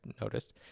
noticed